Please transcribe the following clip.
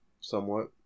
somewhat